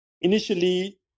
initially